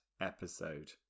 episode